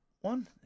One